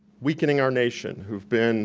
weakening our nation, who've been